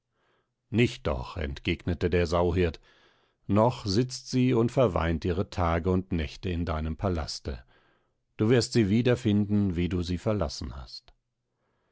nicht doch entgegnete der sauhirt noch sitzt sie und verweint ihre tage und nächte in deinem palaste du wirst sie wieder finden wie du sie verlassen hast